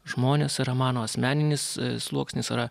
žmonės yra mano asmeninis sluoksnis yra